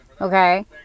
Okay